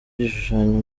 gishushanyo